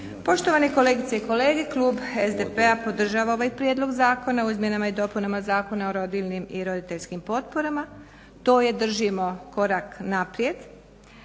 Poštovane kolegice i kolege klub SDP-a podržava ovaj prijedlog zakona u izmjenama i dopunama Zakona o rodiljnim i roditeljskim potporama to je držimo korak naprijed.